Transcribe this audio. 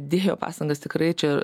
dėjo pastangas tikrai čia